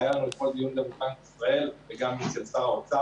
והיה לנו אתמול דיון גם עם בנק ישראל וגם אצל שר האוצר,